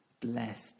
Blessed